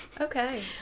Okay